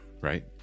Right